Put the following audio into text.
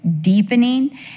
deepening